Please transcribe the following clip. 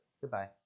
goodbye